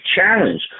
challenge